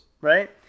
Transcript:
Right